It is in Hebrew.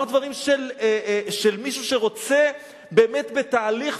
אמר דברים של מישהו שרוצה באמת בתהליך,